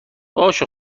باشه